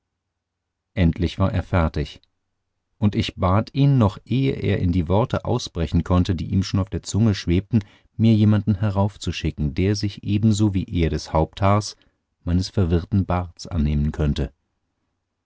endlich war er fertig und ich bat ihn noch ehe er in die worte ausbrechen konnte die ihm schon auf der zunge schwebten mir jemanden heraufzuschicken der sich ebenso wie er des haupthaars meines verwirrten barts annehmen könnte